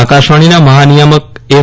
આકાશવાજીના મહાનિયામક એફ